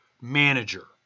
manager